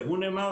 גם הוא נאמר,